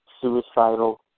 suicidal